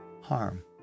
harm